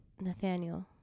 Nathaniel